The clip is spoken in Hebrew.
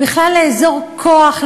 בכלל לאזור כוח,